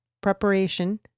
preparation